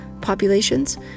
populations